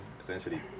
essentially